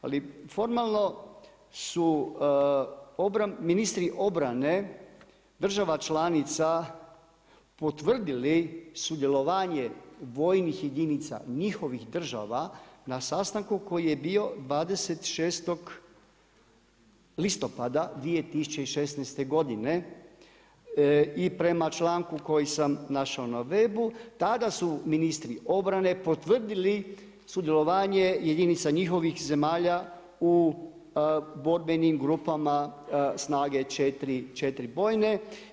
Ali formalno su ministri obrane država članica potvrdili sudjelovanje vojnih jedinica njihovih država na sastanku koji je bio 26. listopada 2016. godine i prema članku koji sam našao na webu tada su ministri obrane potvrdili sudjelovanje jedinica njihovih zemalja u borbenim grupama snage 4 bojne.